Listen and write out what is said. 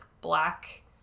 black